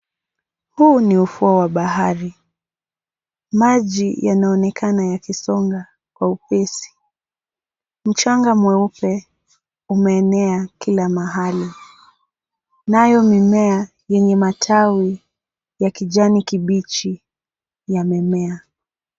Huu ni ufuo wa bahari, maji yanaonekana yakisonga kwa upesi. Mchanga mweupe umeenea kila mahali nayo mimea yenye matawi ya kijani kibichi yamemea